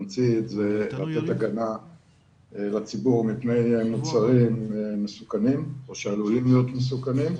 זה לתת הגנה לציבור מפני מוצרים מסוכנים או שעלולים להיות מסוכנים.